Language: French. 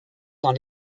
dans